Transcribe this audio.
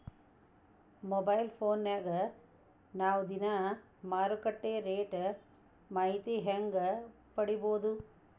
Mobile ಫೋನ್ಯಾಗ ನಾವ್ ದಿನಾ ಮಾರುಕಟ್ಟೆ ರೇಟ್ ಮಾಹಿತಿನ ಹೆಂಗ್ ಪಡಿಬೋದು?